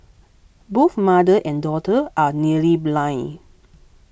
both mother and daughter are nearly blind